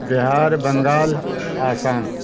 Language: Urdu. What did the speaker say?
بہار بنگال آسام